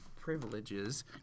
privileges